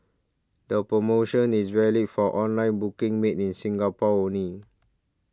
the promotion is valid for online booking made in Singapore only